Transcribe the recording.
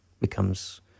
becomes